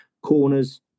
Corners